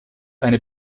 eine